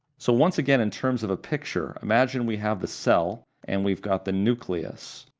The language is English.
so once again, in terms of a picture, imagine we have the cell and we've got the nucleus.